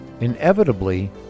Inevitably